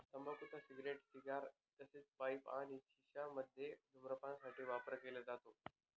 तंबाखूचा cigarette, cigar तसेच pipe आणि शिश मध्ये धूम्रपान साठी वापर केला जातो